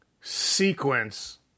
sequence